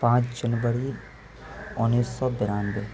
پانچ جنوری انیس سو بانوے